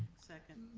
second.